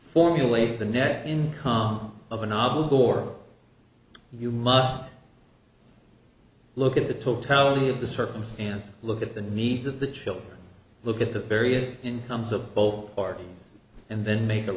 formulate the net income of an ob or you must look at the totality of the circumstances look at the needs of the child look at the various incomes of both parties and then make a